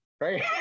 right